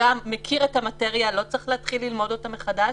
שגם מכיר את המטריה ולא צריך להתחיל ללמוד אותה מחדש